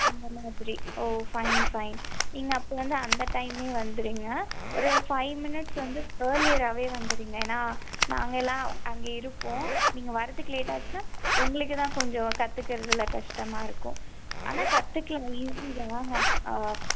அந்த மாதிரி oh fine fine நீங்கள் அந்த டைமே வந்துடுங்க ஒரு ஃபைவ் மினிட்ஸ் வந்து ஏர்லியராகவே வந்துடுங்க ஏன்னால் நாங்கள் எல்லாம் அங்கே இருப்போம் நீங்கள் வரதுக்கு லேட் ஆச்சுனா உங்களுக்கு தான் கொஞ்சம் கற்றுக்குறதுல கஷ்டமாக இருக்கும் ஆனால் கற்றுக்கலாம் ஈஸி தான்